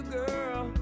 girl